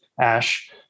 Ash